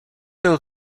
byl